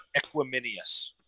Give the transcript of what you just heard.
Equiminius